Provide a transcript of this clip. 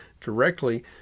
directly